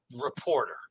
reporter